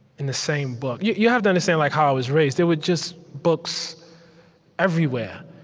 in the same book. yeah you have to understand like how i was raised. there were just books everywhere.